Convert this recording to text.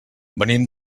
venim